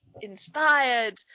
inspired